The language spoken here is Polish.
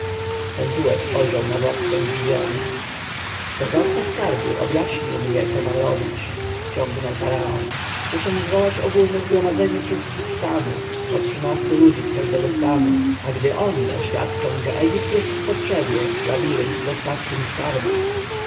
pentuer spojrzał na władcę zdziwiony dozorca skarbu objaśnił mnie co mam robić ciągnął faraon muszę zwołać ogólne zgromadzenie wszystkich stanów po trzynastu ludzi z każdego stanu a gdy oni oświadczą że egipt jest w potrzebie labirynt dostarczy mi skarbów